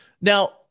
Now